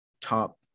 top